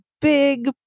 big